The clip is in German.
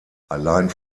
allein